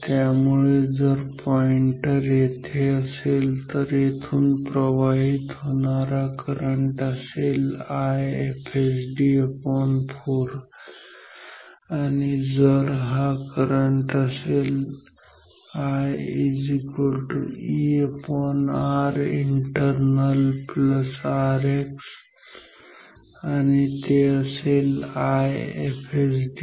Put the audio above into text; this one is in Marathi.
त्यामुळे जर पॉईंटर येथे असेल तर येथून प्रवाहित होणारा करंट असेल IFSD4 आणि हा करंट असेल I 𝐸𝑅𝑖𝑛𝑡𝑒𝑟𝑛𝑎𝑙 Rx आणि ते असेल IFSD4